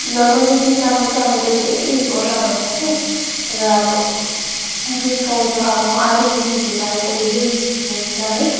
र मैले गीत गाएको चाहिँ अब धेरै वर्ष भइसक्यो र अब गीत गाउँदा अब आधुनिक गीतहरू अहिले त धेरै निस्किसकेको छ है